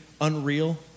unreal